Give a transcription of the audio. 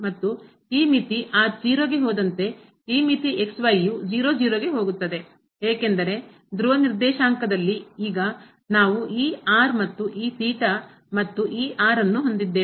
ಮತ್ತು ಈ ಮಿತಿ r 0 ಹೋದಂತೆ ಈ ಮಿತಿ ಯು ಹೋಗುತ್ತದೆ ಏಕೆಂದರೆ ಧ್ರುವ ನಿರ್ದೇಶಾಂಕದಲ್ಲಿ ಈಗ ನಾವು ಈ ಆರ್ ಮತ್ತು ಈ ಥೀಟಾ ಮತ್ತು ಈ r ನ್ನು ಹೊಂದಿದ್ದೇವೆ